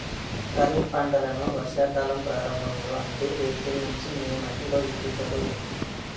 ఖరీఫ్ పంటలను వర్షా కాలం ప్రారంభం లో అంటే ఏప్రిల్ నుంచి మే మధ్యలో విత్తుతరు